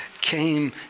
came